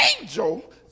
angel